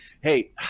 hey